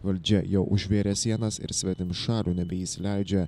valdžia jau užvėrė sienas ir svetimšalių nebeįsileidžia